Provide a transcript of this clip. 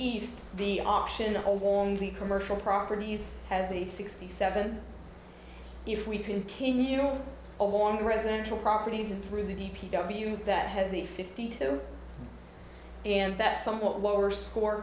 east the option along the commercial properties has a sixty seven if we continue along residential properties and through the d p w that has a fifty two and that somewhat lower score